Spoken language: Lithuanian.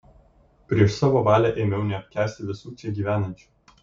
prieš savo valią ėmiau neapkęsti visų čia gyvenančių